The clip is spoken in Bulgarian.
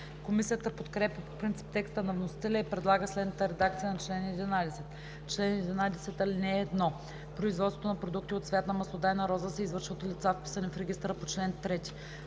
Комисията подкрепя по принцип текста на вносителя и предлага следната редакция на чл. 11: „Чл. 11. (1) Производството на продукти от цвят на маслодайна роза се извършва от лица, вписани в регистъра по чл. 3.